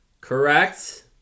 correct